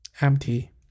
empty